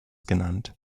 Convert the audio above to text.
genannt